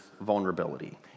vulnerability